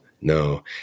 no